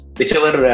whichever